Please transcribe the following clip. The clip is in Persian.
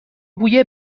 بوی